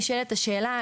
נשאלת השאלה,